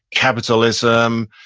capitalism,